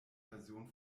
version